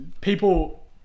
people